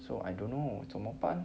so I don't know 怎么办